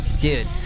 Dude